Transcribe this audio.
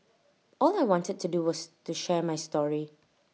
all I wanted to do was to share my story